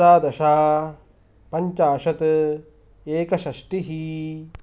अष्टादश पञ्चाशत् एकषष्टिः